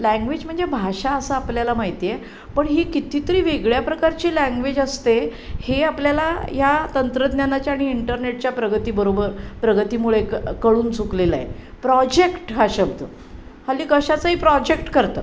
language म्हणजे भाषा असा आपल्याला माहिती आहे पण ही कितीतरी वेगळ्या प्रकारची लँग्वेज असते हे आपल्याला या तंत्रज्ञानाच्या आणि इंटरनेटच्या प्रगतीबरोबर प्रगतीमुळे कळून चुकलेलं आहे प्रॉजेक्ट हा शब्द हल्ली कशाचंही प्रॉजेक्ट करतं